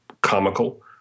comical